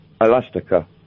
Elastica